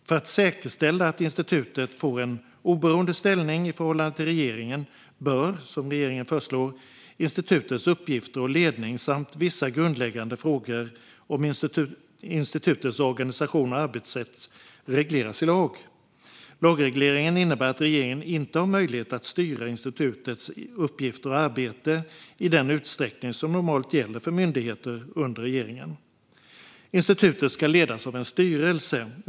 För att säkerställa att institutet får en oberoende ställning i förhållande till regeringen bör, som regeringen föreslår, institutets uppgifter och ledning samt vissa grundläggande frågor om institutets organisation och arbetssätt regleras i lag. Lagregleringen innebär att regeringen inte har möjlighet att styra institutets uppgifter och arbete i den utsträckning som normalt gäller för myndigheter under regeringen. Institutet ska ledas av en styrelse.